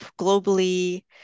globally